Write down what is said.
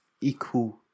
equal